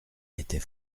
était